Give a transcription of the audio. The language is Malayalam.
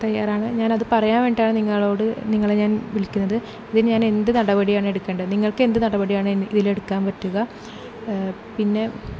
തയ്യാറാണ് ഞാൻ അത് പറയാൻ വേണ്ടിയിട്ടാണ് നിങ്ങളോട് നിങ്ങളെ ഞാൻ വിളിക്കുന്നത് ഇത് ഞാൻ എന്ത് നടപടി ആണെടുക്കേണ്ടത് നിങ്ങൾക്ക് എന്ത് നടപടിയാണ് ഇതിൽ എടുക്കാൻ പറ്റുക പിന്നെ